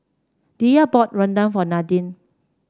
Diya bought rendang for Nadine